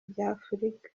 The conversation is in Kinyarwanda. by’afurika